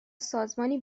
سازمانی